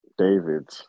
David